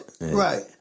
Right